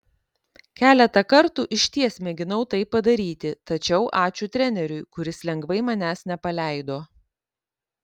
keletą kartų išties mėginau tai padaryti tačiau ačiū treneriui kuris lengvai manęs nepaleido